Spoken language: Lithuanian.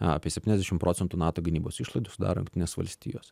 apie septyniasdešim procentų nato gynybos išlaidų sudaro jungtinės valstijos